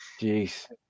Jeez